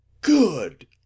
Good